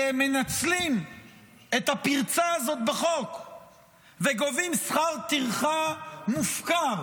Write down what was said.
הם מנצלים את הפרצה הזאת בחוק וגובים שכר טרחה מופקר,